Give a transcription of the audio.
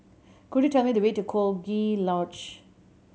could you tell me the way to Coziee Lodge